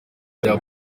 ibya